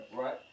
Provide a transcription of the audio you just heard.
right